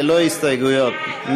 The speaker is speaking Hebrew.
ללא הסתייגויות.